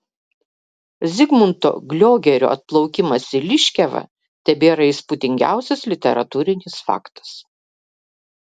zigmunto gliogerio atplaukimas į liškiavą tebėra įspūdingiausias literatūrinis faktas